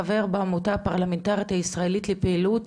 חבר בעמותה הפרלמנטרית הישראלית לפעילות